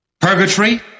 Purgatory